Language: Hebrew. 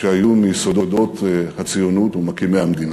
שהיו מיסודות הציונות וממקימי המדינה.